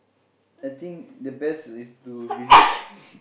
I think the best is to visit